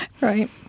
Right